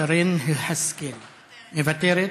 שרן השכל מוותרת.